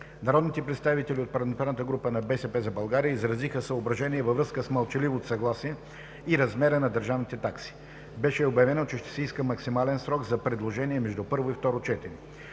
Народните представители от парламентарната група на „БСП за България“ изразиха съображения във връзка с мълчаливото съгласие и размера на държавните такси. Беше обявено, че ще се иска максимален срок за предложения между първо и